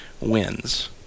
wins